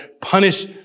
punish